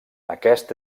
aquest